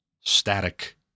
static